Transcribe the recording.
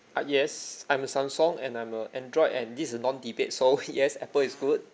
uh yes I'm Samsung and I'm a android and this is a non debate so yes apple is good